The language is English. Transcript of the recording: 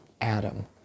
Adam